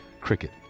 cricket